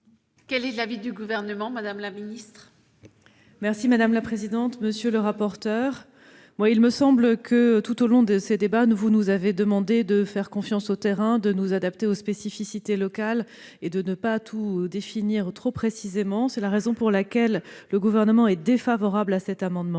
Quel est l'avis du Gouvernement ? Monsieur le rapporteur, mesdames, messieurs les sénateurs, il me semble que, tout au long de ces débats, vous nous avez demandé de faire confiance au terrain, de nous adapter aux spécificités locales et de ne pas tout définir trop précisément. C'est la raison pour laquelle le Gouvernement est défavorable à cet amendement.